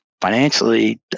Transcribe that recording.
financially